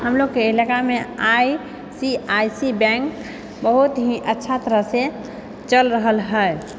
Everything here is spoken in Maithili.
हमलोगके इलाकामे I C I C bank बहुत ही अच्छा तरहसँ चलि रहल है